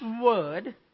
word